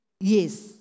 Yes